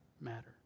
matter